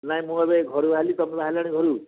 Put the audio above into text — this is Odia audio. ନାଇଁ ମୁଁ ଏବେ ଘରୁ ବାହାରିଲି ତମେ ବାହାରିଲଣି ଘରୁ